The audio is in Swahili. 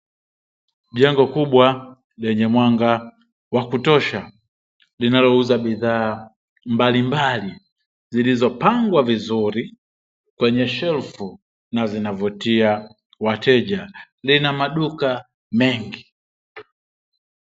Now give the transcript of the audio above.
Jengo kubwa lenye mwanga wa kutosha linalouza bidhaa mbalimbali, zilizopangwa vizuri kwenye shelfu na zinavutia wateja lina maduka mengi.